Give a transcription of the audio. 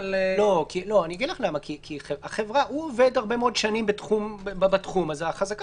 הוא עובד הרבה מאוד שנים בתחום אז חזקה